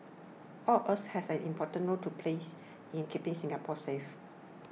all of us have an important role to plays in keeping Singapore safe